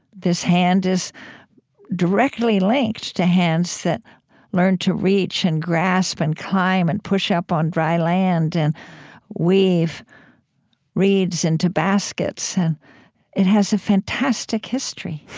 this hand is directly linked to hands that learned to reach and grasp and climb and push up on dry land and weave reeds into baskets, and it has a fantastic history.